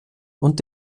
und